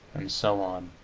and so on,